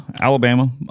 alabama